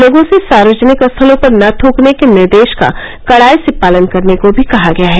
लोगों से सार्वजनिक स्थलों पर न थ्ककने के निर्देश का कड़ाई से पालन करने को भी कहा गया है